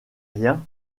rien